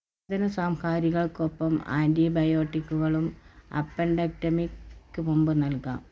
വേദനസംഹാരികൾക്കൊപ്പം ആൻ്റിബയോട്ടിക്കുകളും അപ്പെൻഡെക്ടമിക്ക് മുമ്പ് നൽകാം